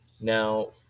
Now